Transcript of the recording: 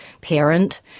parent